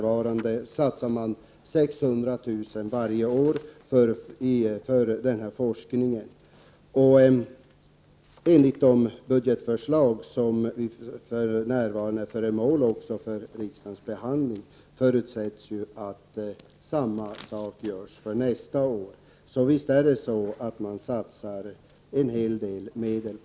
varje år på forskning och utveckling inom detta område. Olika budgetförslag är för närvarande föremål för riksdagens behandling. Man förutsätter att det blir på samma sätt nästa år. En hel del medel satsas således på detta.